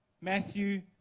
Matthew